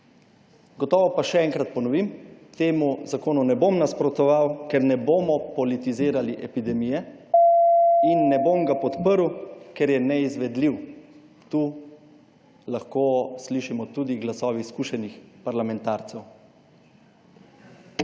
Gotovo pa, še enkrat ponovim, temu zakonu ne bom nasprotovali, ker ne bomo politizirali epidemije, in ne bom ga podprl, ker je neizvedljiv. Tu lahko slišimo tudi glasove izkušenih parlamentarcev.